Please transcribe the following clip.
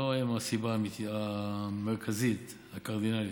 זו לא הסיבה המרכזית, הקרדינלית.